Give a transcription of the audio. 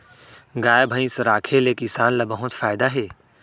गाय भईंस राखे ले किसान ल बहुत फायदा हे